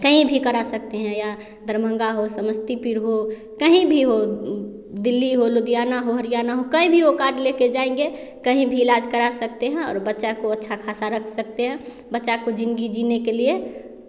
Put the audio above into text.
कहीं भी करा सकते हैं यहाँ दरभंगा हो समस्तीपुर हो कहीं भी हो दिल्ली हो लुधियाना हो हरियाणा हो कहीं भी हो कार्ड लेके जाएँगे कहीं भी इलाज करा सकते हैं और बच्चा को अच्छा ख़ासा रख सकते हैं बच्चा को ज़िंदगी जीने के लिए